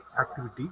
activity